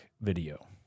video